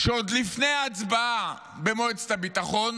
כשעוד לפני ההצבעה במועצת הביטחון